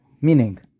meaning